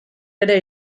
ere